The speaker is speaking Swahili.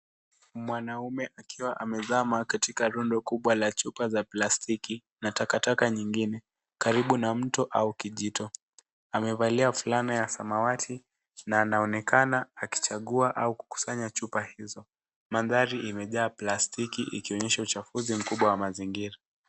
Mwanaume akiwa amezama katika rundo kubwa la chupa za plastiki na takataka nyingine karibu na mto au kijito. Amevalia fulana ya samawati na anaonekana akichagua au akikusanya chupa hizo. Mandhari imejaa plastiki ikionyesha uchafuzi mkubwa wa mazingira.